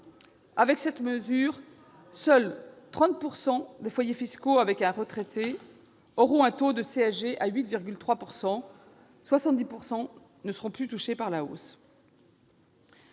Avec cette mesure, seuls 30 % des foyers fiscaux avec un retraité auront un taux de CSG de 8,3 % et 70 % ne seront plus touchés par la hausse.